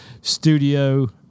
studio